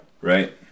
Right